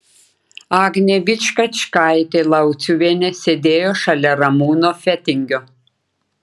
agnė vičkačkaitė lauciuvienė sėdėjo šalia ramūno fetingio